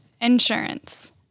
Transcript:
insurance